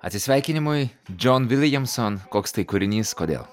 atsisveikinimui džon viljamson koks tai kūrinys kodėl